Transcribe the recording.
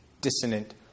dissonant